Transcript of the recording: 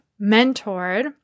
mentored